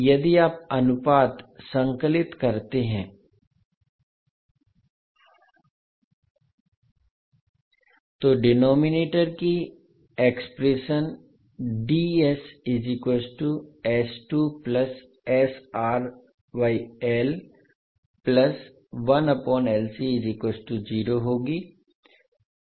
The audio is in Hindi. यदि आप अनुपात संकलित करते हैं तो डिनोमिनेटर की एक्सप्रेशन होगी